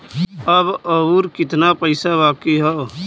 अब अउर कितना पईसा बाकी हव?